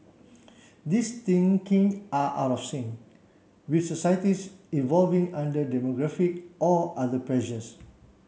these thinking are out of sync with societies evolving under demographic or other pressures